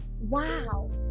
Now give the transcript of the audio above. wow